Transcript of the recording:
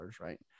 Right